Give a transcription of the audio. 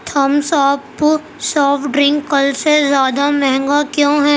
Thums Up soft drink کل سے زیادہ مہنگا کیوں ہے